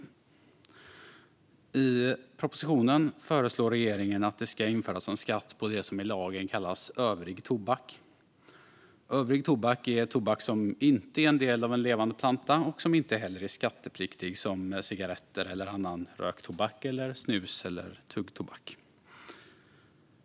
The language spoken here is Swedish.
En heltäckande tobaks-beskattning - för ökad tydlighet och enhetlig-het I propositionen föreslår regeringen att det ska införas en skatt på det som i lagen kallas övrig tobak. Övrig tobak är tobak som inte är en del av en levande planta och som inte heller är skattepliktig som cigaretter eller annan röktobak eller snus eller tuggtobak.